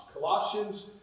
Colossians